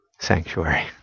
sanctuary